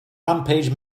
rampage